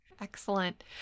Excellent